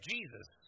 Jesus